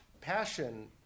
passion